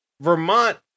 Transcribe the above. Vermont